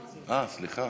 סליחה.